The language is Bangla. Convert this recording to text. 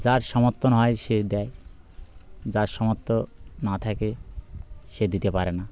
যার সমর্থ না হয় সে দেয় যার সমর্থ না থাকে সে দিতে পারে না